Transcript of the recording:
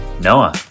Noah